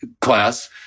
class